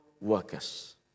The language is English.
workers